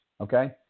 Okay